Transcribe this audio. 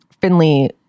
Finley